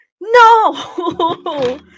No